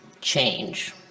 change